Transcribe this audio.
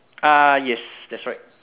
ah yes that's right